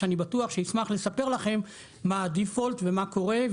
ואני בטוח שהוא שישמח לספר לכם מה הדיפולט ומה קורה,